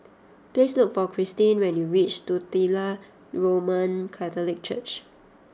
please look for Christine when you reach Titular Roman Catholic Church